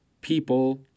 people